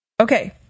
Okay